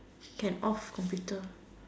can off computer